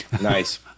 Nice